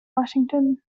washington